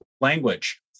language